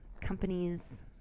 companies